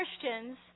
Christians